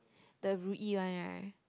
the Ru Yi one right